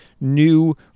new